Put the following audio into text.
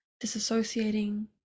disassociating